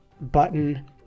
button